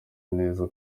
neza